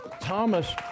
Thomas